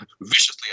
viciously